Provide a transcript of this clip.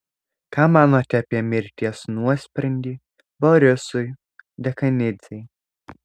ką manote apie mirties nuosprendį borisui dekanidzei